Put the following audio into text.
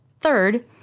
Third